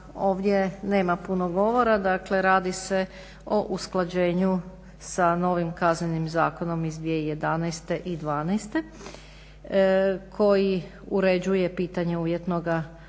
ovdje nema puno govora, dakle radi se o usklađenju sa novim Kaznenim zakonom iz 2011. i 2012. koji uređuje pitanje uvjetnoga otpusta